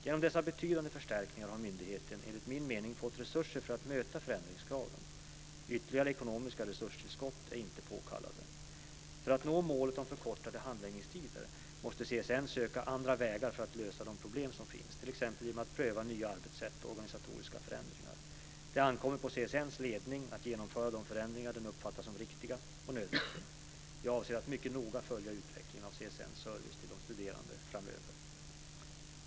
Genom dessa betydande förstärkningar har myndigheten, enligt min mening, fått resurser för att möta förändringskraven. Ytterligare ekonomiska resurstillskott är inte påkallade. För att nå målet om förkortade handläggningstider, måste CSN söka andra vägar för att lösa de problem som finns t.ex. genom att pröva nya arbetssätt och organisatoriska förändringar. Det ankommer på CSN:s ledning att genomföra de förändringar den uppfattar som riktiga och nödvändiga. Jag avser att mycket noga följa utvecklingen av CSN:s service till de studerande framöver.